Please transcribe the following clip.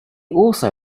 also